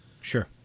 Sure